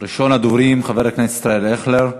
ראשון הדוברים, חבר הכנסת ישראל אייכלר.